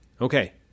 Okay